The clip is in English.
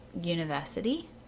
university